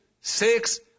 Six